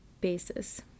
basis